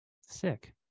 Sick